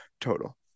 total